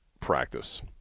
practice